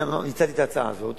אני הצעתי את ההצעה הזאת,